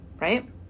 right